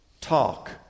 talk